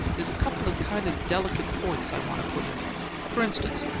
there's a couple of kind of delicate points i want to put in it for instance,